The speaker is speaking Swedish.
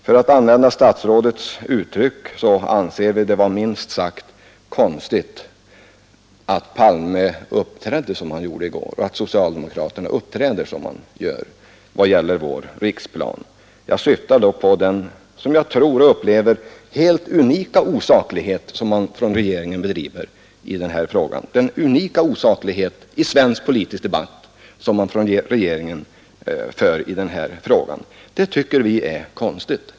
För att använda statsrådets uttryck anser vi det vara minst sagt konstigt, att herr Palme uppträdde som han gjorde i går och att socialdemokraterna över huvud taget uppträder som de gör när det gäller vår riksplan. Jag syftar då på den, som jag upplever det, i svensk politisk debatt helt unika osaklighet med vilken regeringen diskuterar denna fråga. Det tycker vi är konstigt.